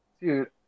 dude